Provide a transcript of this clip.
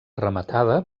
rematada